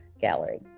Gallery